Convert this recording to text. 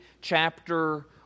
chapter